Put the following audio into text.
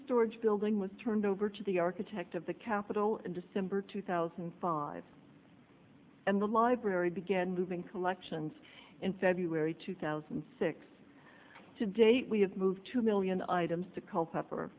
storage building was turned over to the architect of the capitol in december two thousand and five and the library began moving collections in february two thousand and six to date we have moved two million items to culpepper